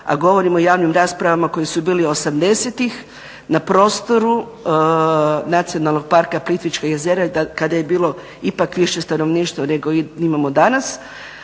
a govorimo o javnim raspravama koje su bili osamdesetih na prostoru Nacionalnog parka Plitvička jezera i kada je bilo ipak više stanovništva nego imamo danas,